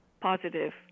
positive